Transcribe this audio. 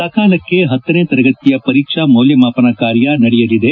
ಸಕಾಲಕ್ಕೆ ಪತ್ತನೆ ತರಗತಿಯ ಪರೀಕ್ಷಾ ಮೌಲ್ಯಮಾಪನ ಕಾರ್ಯ ನಡೆಯಲಿದೆ